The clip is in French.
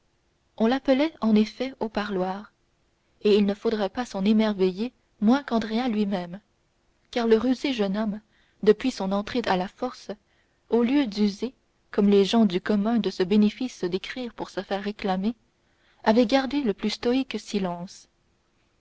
on l'appelait en effet au parloir et il ne faudrait pas s'en émerveiller moins qu'andrea lui-même car le rusé jeune homme depuis son entrée à la force au lieu d'user comme les gens du commun de ce bénéfice d'écrire pour se faire réclamer avait gardé le plus stoïque silence